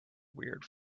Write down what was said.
weird